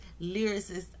lyricists